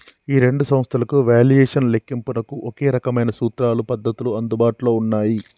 ఈ రెండు సంస్థలకు వాల్యుయేషన్ లెక్కింపునకు ఒకే రకమైన సూత్రాలు పద్ధతులు అందుబాటులో ఉన్నాయి